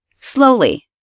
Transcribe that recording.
slowly